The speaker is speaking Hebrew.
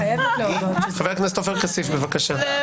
חבר הכנסת עופר כסיף, בבקשה.